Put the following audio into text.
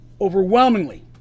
overwhelmingly